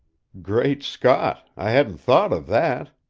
great scott, i hadn't thought of that!